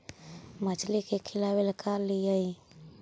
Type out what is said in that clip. मछली के खिलाबे ल का लिअइ?